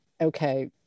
okay